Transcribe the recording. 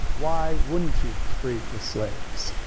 why wouldn't you free the slaves?